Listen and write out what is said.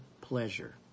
pleasure